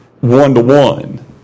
one-to-one